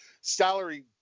salary